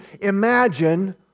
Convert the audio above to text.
imagine